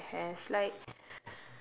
flaws it has like